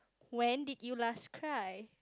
when did you last cry